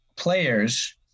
Players